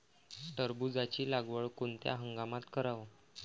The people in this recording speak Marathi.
टरबूजाची लागवड कोनत्या हंगामात कराव?